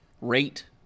rate